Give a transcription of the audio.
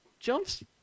Jumps